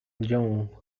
young